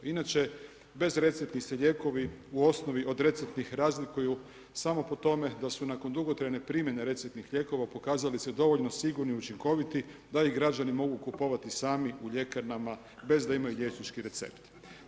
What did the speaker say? Inače bezreceptni se lijekovi u osnovi od receptnih razlikuju samo po tome da su nakon dugotrajne primjene receptnih lijekova pokazali se dovoljno sigurni, učinkoviti da ih građani mogu kupovati sami u ljekarnama, bez da imaju liječnički recept.